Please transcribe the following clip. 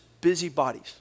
busybodies